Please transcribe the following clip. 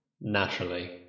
Naturally